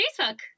Facebook